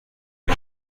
ریم